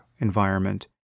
environment